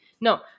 no